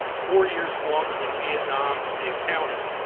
four years longer than vietnam, and counting.